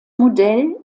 modell